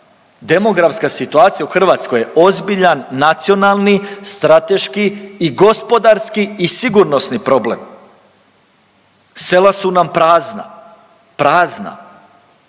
Demografska situacija u Hrvatskoj je ozbiljan nacionalni, strateški i gospodarski i sigurnosni problem. Sela su nam prazna, prazna.